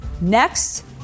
Next